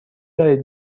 دارید